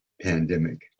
pandemic